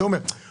הוא אומר שתיתן